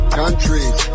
countries